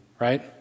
right